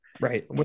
Right